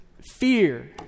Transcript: fear